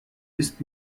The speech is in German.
ist